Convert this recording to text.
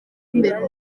imbere